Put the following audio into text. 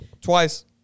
Twice